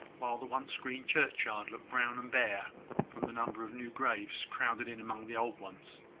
while the once green churchyard looked brown and bare from the number of new graves crowded in among the old ones.